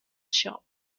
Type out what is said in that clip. shop